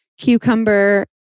cucumber